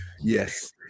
Yes